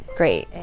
great